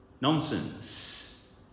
Nonsense